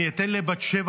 אז אם אין לך כוח,